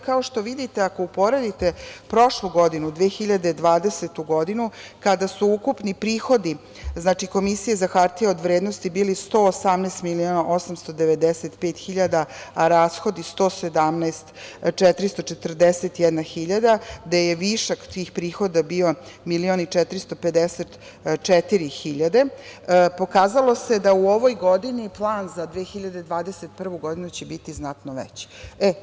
Kao što vidite, ako uporedite prošlu godinu, 2020. godinu kada su ukupni prihodi Komisije za hartije od vrednosti bili 118 miliona 895 hiljada, a rashodi 117. 441 hiljada, gde je višak tih prihoda bio milion i 454 hiljade, pokazalo se da u ovoj godini plan za 2021. godinu će biti znatno veći.